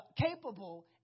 capable